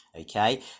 Okay